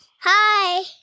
Hi